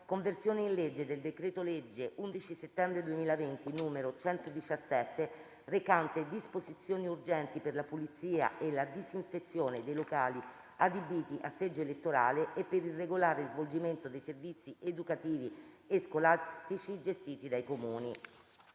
Conversione in legge del decreto-legge 11 settembre 2020, n. 117, recante disposizioni urgenti per la pulizia e la disinfezione dei locali adibiti a seggio elettorale e per il regolare svolgimento dei servizi educativi e scolastici gestiti dai comuni